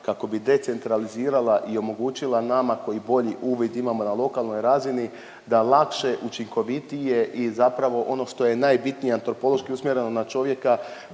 kako bi decentralizirala i omogućila nama koji bolji uvid imamo na lokalnoj razini, da lakše, učinkovitije i zapravo, ono što je najbitnije, antropološki usmjereno na čovjeka